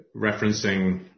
referencing